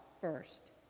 first